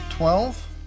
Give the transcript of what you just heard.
Twelve